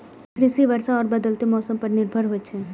कृषि वर्षा और बदलेत मौसम पर निर्भर होयत छला